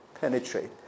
penetrate